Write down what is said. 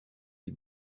des